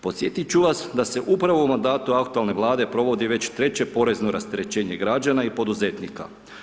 Posjetiti ću vas da se upravo u mandatu aktualne Vlade provodi već treće porezno rasterećenje građana i poduzetnika.